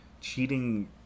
cheating